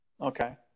Okay